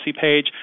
page